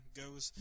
goes